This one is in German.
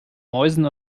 mäusen